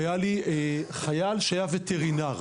היה לי חייל שהיה וטרינר.